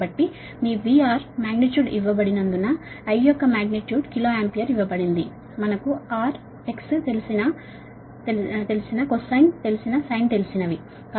కాబట్టి మీ VR magnitude ఇవ్వబడినందున I యొక్క మాగ్నిట్యూడ్ కిలో ఆంపియర్ ఇవ్వబడింది మనకు R తెలిసిన cosine X తెలిసిన తెలిసిన sin